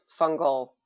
fungal